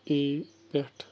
A پٮ۪ٹھ